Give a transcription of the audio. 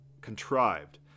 contrived